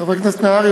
חבר הכנסת נהרי,